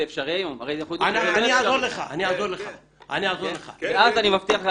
זה אפשרי היום ואז אני מבטיח לך,